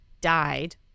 died